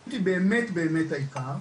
חקלאות היא באמת העיקר.